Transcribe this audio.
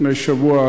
לפני שבוע,